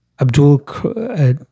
Abdul